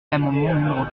l’amendement